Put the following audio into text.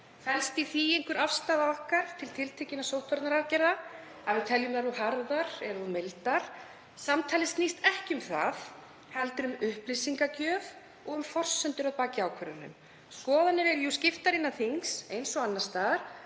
Felst í því einhver afstaða okkar til tiltekinna sóttvarnaaðgerða, að við teljum þær of harðar eða of mildar? Samtalið snýst ekki um það heldur um upplýsingagjöf og um forsendur að baki ákvörðunum. Skoðanir eru skiptar innan þings eins og annars staðar,